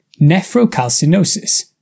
nephrocalcinosis